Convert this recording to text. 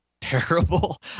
terrible